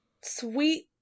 sweet